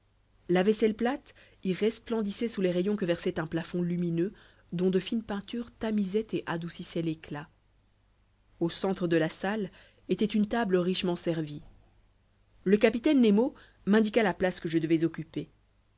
la vaisselle plate y resplendissait sous les rayons que versait un plafond lumineux dont de fines peintures tamisaient et adoucissaient l'éclat au centre de la salle était une table richement servie le capitaine nemo m'indiqua la place que je devais occuper